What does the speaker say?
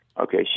Okay